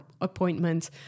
appointment